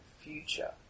future